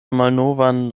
malnovan